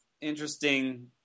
interesting